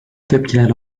tepkiler